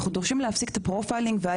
אנחנו דורשים להפסיק את הפרופיילינג ואת